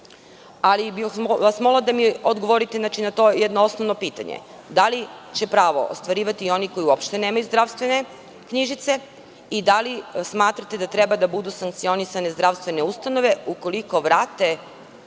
ali bih vas molila da mi odgovorite na jedno osnovno pitanje – da li će to pravo ostvarivati i oni koji uopšte nemaju zdravstvene knjižice i da li smatrate da treba da budu sankcionisane zdravstvene ustanove ukoliko vrate